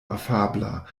afabla